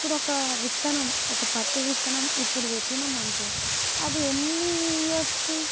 ఇప్పుడు ఒక విత్తనం ఒక పత్తి విత్తనం ఇప్పుడు పెట్టామంటే అది ఎన్ని ఇయర్స్కి